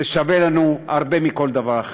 זה שווה לנו הרבה יותר מכל דבר אחר.